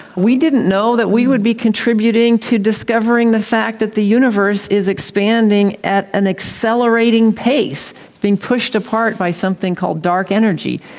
we didn't know that we would be contributing to discovering the fact that the universe is expanding at an accelerating pace, it's being pushed apart by something called dark energy.